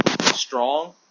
strong